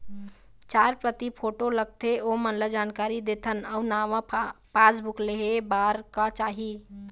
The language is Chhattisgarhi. चार प्रति फोटो लगथे ओमन ला जानकारी देथन अऊ नावा पासबुक लेहे बार का का चाही?